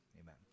amen